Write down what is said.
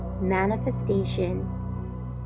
manifestation